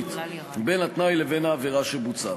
עניינית בין התנאי לבין העבירה שבוצעה.